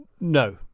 No